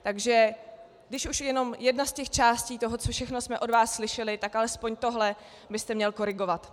Takže když už jenom jedna z těch částí toho, co všechno jsme od vás slyšeli, tak alespoň tohle byste měl korigovat.